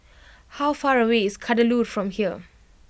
how far away is Kadaloor from here